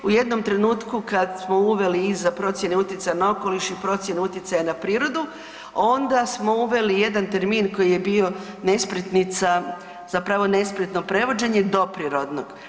U jednom trenutku kad smo uveli i za procjene utjecaja na okoliš i procjenu utjecaja na prirodu onda smo uveli jedan termin koji je bio nespretnica, zapravo nespretno prevođenje, doprirodnog.